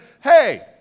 Hey